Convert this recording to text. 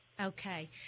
Okay